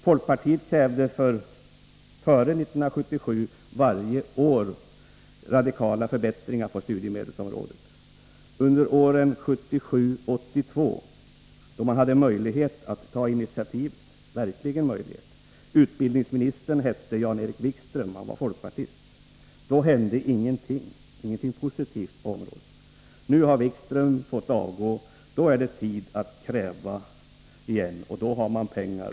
Folkpartiet krävde före 1977 varje år radikala förbättringar på studiemedelsområdet. Under åren 1977-1982, då man verkligen hade möjlighet att ta initiativ, eftersom utbildningsministern hette Jan-Erik Wikström och var folkpartist, hände ingenting positivt på området. Nu har Wikström fått avgå. Då är det tid att kräva igen. Då har man pengar.